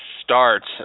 start